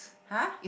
!huh!